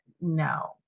no